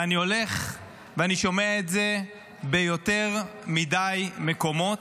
ואני הולך ואני שומע את זה ביותר מדי מקומות,